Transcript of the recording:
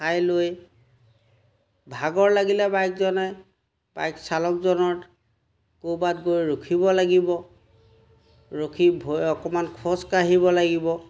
খাই লৈ ভাগৰ লাগিলে বাইকজনে বাইক চালকজনত ক'ৰবাত গৈ ৰখিব লাগিব ৰখি ভৰি অকণমান খোজ কাঢ়িব লাগিব